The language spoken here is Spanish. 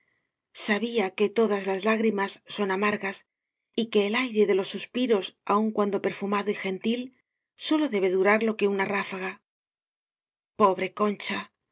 sabía que todas las lágrimas son amargas y que el aire de los suspiros aun cuando perfumado y gentil sólo debe durar lo que una ráfaga pobre concha